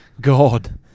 God